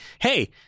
hey